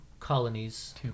colonies